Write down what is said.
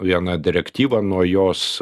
viena direktyva nuo jos